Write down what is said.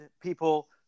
people